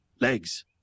Legs